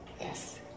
Yes